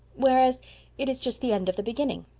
whereas it is just the end of the beginning.